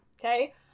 Okay